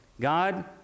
God